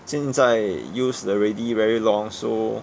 现在 use already very long so